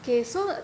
okay so